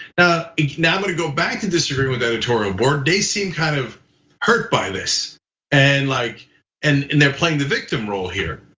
ah now, i'm gonna go back and disagree with editorial board. they seem kind of hurt by this and like and and they're playing the victim role here.